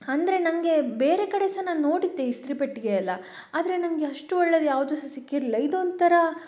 ಅಂದರೆ ನನಗೆ ಬೇರೆ ಕಡೆ ಸಹ ನಾನು ನೋಡಿದ್ದೆ ಇಸ್ತ್ರಿಪೆಟ್ಟಿಗೆಯೆಲ್ಲ ಆದರೆ ನನಗೆ ಅಷ್ಟು ಒಳ್ಳೇದು ಯಾವುದು ಸಹ ಸಿಕ್ಕಿರಲಿಲ್ಲ ಇದೊಂದು ಥರ